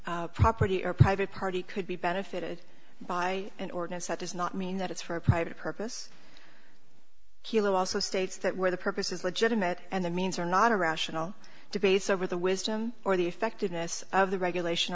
private property or private party could be benefited by an ordinance that does not mean that it's for a private purpose he'll also states that where the purpose is legitimate and the means are not irrational debates over the wisdom or the effectiveness of the regulation